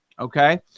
okay